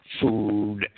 food